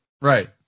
Right